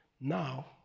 Now